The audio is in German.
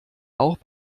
auch